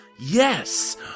yes